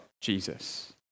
Jesus